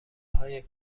های